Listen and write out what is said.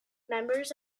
members